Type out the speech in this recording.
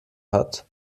hat